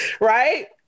Right